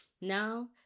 now